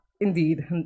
Indeed